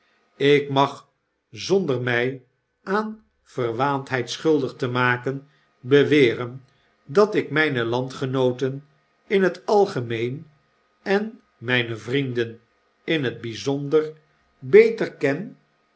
ik mag zonder mg aan verwaandheid schuldig te maken beweren dat ik mgne landgenooten in het algemeen en mgne vrienden in het bgzonder beter ken